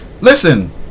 Listen